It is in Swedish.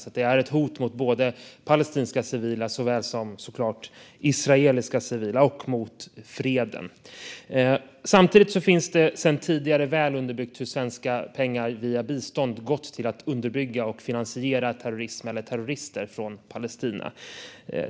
De är alltså ett hot mot både palestinska civila och israeliska civila, liksom mot freden. Samtidigt är det sedan tidigare väl belagt hur svenska pengar via bistånd har gått till att underbygga och finansiera terrorism eller terrorister från Palestina.